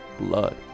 blood